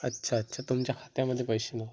अच्छा अच्छा तुमच्या खात्यामध्ये पैसे नाहीत